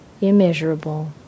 immeasurable